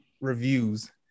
reviews